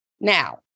Now